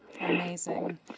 Amazing